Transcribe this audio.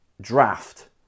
draft